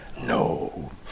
No